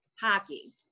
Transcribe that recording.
hockey